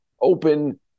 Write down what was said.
open